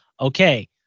Okay